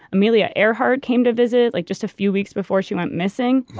amelia earhart came to visit like just a few weeks before she went missing.